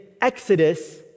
Exodus